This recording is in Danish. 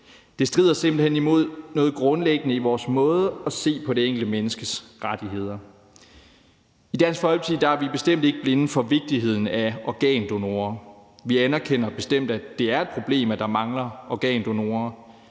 Det strider simpelt hen imod noget grundlæggende i vores måde at se på det enkelte menneskes rettigheder på. I Dansk Folkeparti er vi bestemt ikke blinde for vigtigheden af organdonorer. Vi anerkender bestemt, at det er et problem, at der mangler organdonorer,